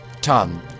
Tom